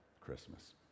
christmas